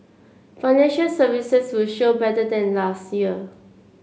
financial services will show better than last year